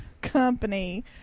company